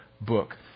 book